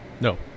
no